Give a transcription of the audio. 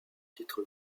titre